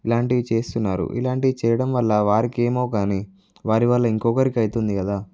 ఇలాంటివి చేస్తున్నారు ఇలాంటివి చేయడం వల్ల వారికి ఏమో కానీ వారి వల్ల ఇంకొకరికి అవుతుంది కదా